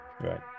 right